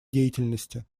деятельности